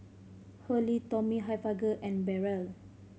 Hurley Tommy Hilfiger and Barrel